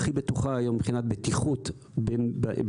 הכי בטוחה היום מבחינת בטיחות בעולם,